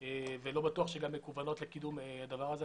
ולא בטוח שגם מכוונות לקידום הדבר הזה.